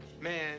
Man